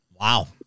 Wow